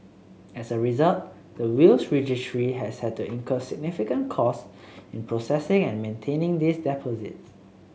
as a result the Wills Registry has had to incur significant costs in processing and maintaining these deposits